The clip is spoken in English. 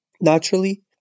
Naturally